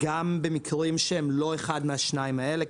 גם במקרים שהם לא אחד מהשניים האלה,